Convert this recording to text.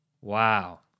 Wow